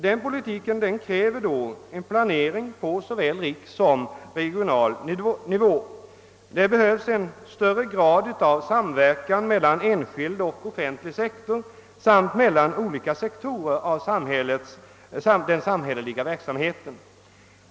Den politiken kräver planering på såväl rikssom regionalnivå. Det behövs en högre grad av samverkan mellan enskild och offentlig sektor samt mellan olika sektorer av den samhälleliga verksamheten.